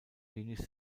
wenig